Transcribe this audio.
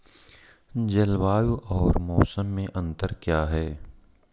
जलवायु और मौसम में अंतर क्या है?